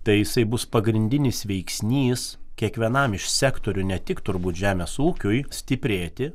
tai jisai i bus pagrindinis veiksnys kiekvienam iš sektorių ne tik turbūt žemės ūkiui stiprėti